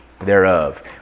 thereof